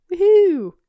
Woohoo